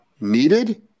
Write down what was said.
needed